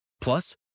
Plus